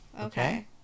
Okay